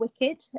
Wicked